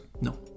No